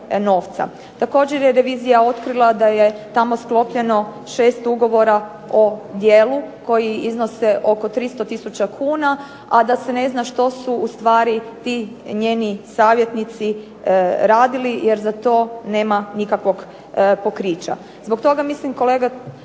Također je revizija otkrila da je tamo sklopljeno šest ugovora o djelu koji iznose oko 300 tisuća kuna, a da se ne zna što su ustvari ti njeni savjetnici radili jer za to nema nikakvog pokrića.